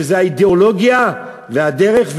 שזה האידיאולוגיה והדרך,